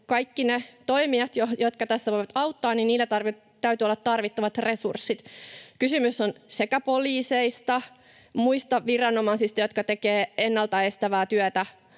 niillä toimijoilla, jotka tässä voivat auttaa, täytyy olla tarvittavat resurssit. Kysymys on sekä poliiseista että muista viranomaisista, jotka tekevät ennalta estävää työtä